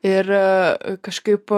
ir kažkaip